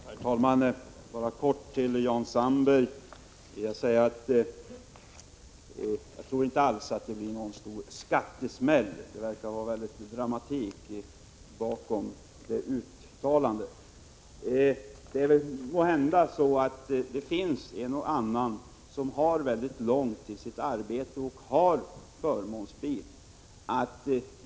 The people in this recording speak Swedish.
Herr talman! Jag vill säga helt kort till Jan Sandberg att jag inte alls tror att det blir någon stor skattesmäll. Det ligger mycket dramatik i det uttalandet. Måhända finns det en och annan som har mycket långt till sitt arbete och därför har förmånsbil.